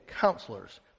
counselors